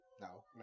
No